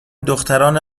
دختران